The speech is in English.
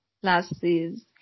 classes